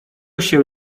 się